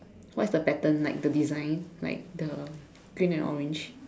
what is the pattern like the design like the green and orange